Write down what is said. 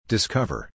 Discover